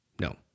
no